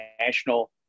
national